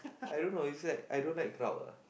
I don't know it's like I don't like crowd ah